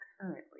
currently